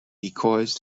because